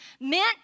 meant